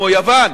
כמו יוון,